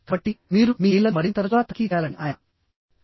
కాబట్టి మీరు మీ ఇమెయిల్లను మరింత తరచుగా తనిఖీ చేయాలని ఆయన చెప్పారు